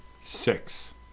Six